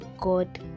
God